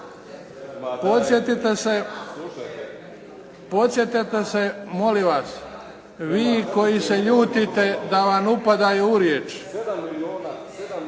Podsjetite se, molim vas, vi koji se ljutite da vam upadaju u riječ